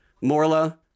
Morla